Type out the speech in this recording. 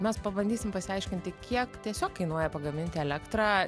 mes pabandysim pasiaiškinti kiek tiesiog kainuoja pagaminti elektrą